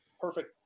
perfect